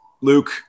Luke